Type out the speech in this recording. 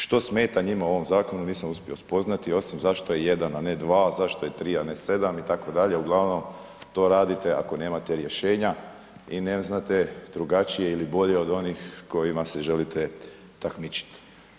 Što se smeta njima u ovom zakonu nisam uspio spoznati osim zašto je jedan, a ne dva, zašto je tri, a ne sedam itd., u glavnom to radite ako nemate rješenja i ne znate drugačije ili bolje od onih kojima se želite takmičiti.